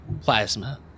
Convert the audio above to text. plasma